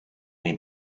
nei